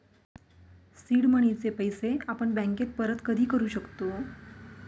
seed मनीचे पैसे आपण बँकेस परत कधी करू शकतो